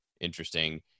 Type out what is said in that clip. interesting